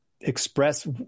express